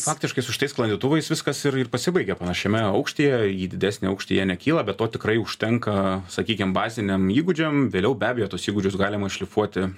faktiškais su šitais sklandytuvais viskas ir ir pasibaigia panašiame aukštyje į didesnį aukštį jie nekyla bet to tikrai užtenka sakykim baziniam įgūdžiam vėliau be abejo tuos įgūdžius galima šlifuoti